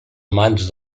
amants